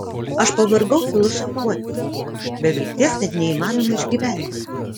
aš pavargau filosofuoti be vilties net neįmanoma išgyventi